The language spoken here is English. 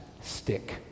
stick